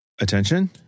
attention